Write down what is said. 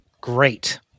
great